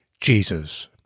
Jesus